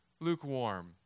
lukewarm